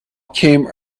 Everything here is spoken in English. came